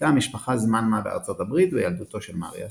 בילתה המשפחה זמן מה בארצות הברית בילדותו של מריאס.